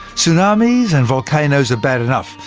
tsunamis and volcanoes are bad enough,